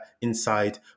inside